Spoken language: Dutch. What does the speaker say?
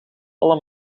alle